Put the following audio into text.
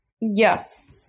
yes